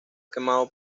quemado